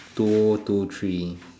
two two three